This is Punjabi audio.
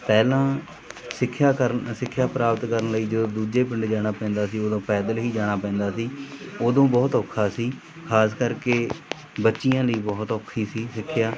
ਪਹਿਲਾਂ ਸਿੱਖਿਆ ਕਰਨ ਸਿੱਖਿਆ ਪ੍ਰਾਪਤ ਕਰਨ ਲਈ ਜਦੋਂ ਦੂਜੇ ਪਿੰਡ ਜਾਣਾ ਪੈਂਦਾ ਸੀ ਉਦੋਂ ਪੈਦਲ ਹੀ ਜਾਣਾ ਪੈਂਦਾ ਸੀ ਉਦੋਂ ਬਹੁਤ ਔਖਾ ਸੀ ਖਾਸ ਕਰਕੇ ਬੱਚੀਆਂ ਲਈ ਬਹੁਤ ਔਖੀ ਸੀ ਸਿੱਖਿਆ